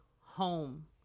home